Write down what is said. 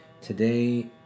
Today